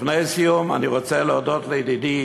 לפני סיום, אני רוצה להודות לידידי